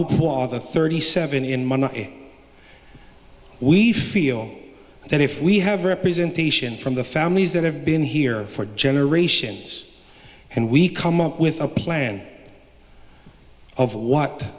other thirty seven in we feel that if we have representation from the families that have been here for generations and we come up with a plan of what